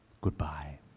Goodbye